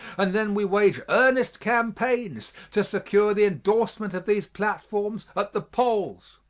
and then we wage earnest campaigns to secure the endorsement of these platforms at the polls.